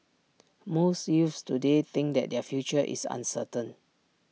most youths today think that their future is uncertain